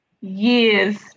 years